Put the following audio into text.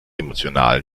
emotional